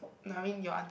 like I mean your aunt's